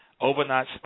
overnight